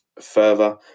further